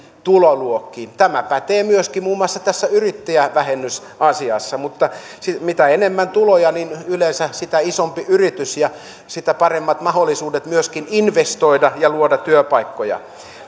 tuloluokkiin tämä pätee myöskin muun muassa tässä yrittäjävähennysasiassa mutta mitä enemmän tuloja niin yleensä sitä isompi yritys ja sitä paremmat mahdollisuudet myöskin investoida ja luoda työpaikkoja